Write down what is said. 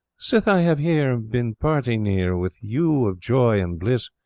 sith i have here been partynere with you of joy and bliss,